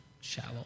shallow